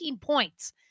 points